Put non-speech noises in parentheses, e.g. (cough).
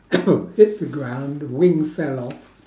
(coughs) hit the ground wing fell off